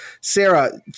Sarah